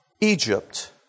Egypt